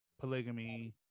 polygamy